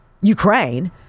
Ukraine